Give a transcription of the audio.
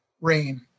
rain